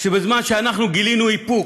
שבזמן שאנחנו גילינו איפוק